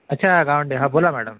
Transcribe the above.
अच्छा गावंडे हा बोला मॅडम